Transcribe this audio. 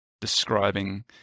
describing